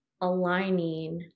aligning